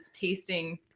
tasting